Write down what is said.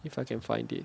if I can find it